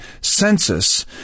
census